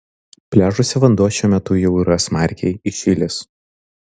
pliažuose vanduo šiuo metu jau yra smarkiai įšilęs